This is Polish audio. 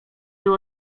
był